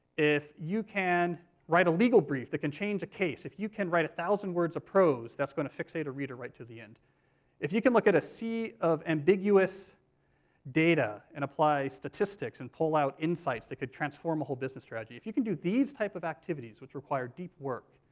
if you can write a legal brief that can change a case, if you can write a thousand words of prose that's going to fixate a reader right to the end if you can look at a sea of ambiguous data and apply statistics, and pull out insights that could transform a business strategy, if you can do these type of activities which require deep work,